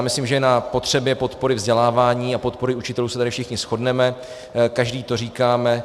Myslím, že na potřebě podpory vzdělávání a podpory učitelů se tady všichni shodneme, každý to říkáme.